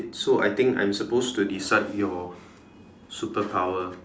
so I think I'm supposed to decide your superpower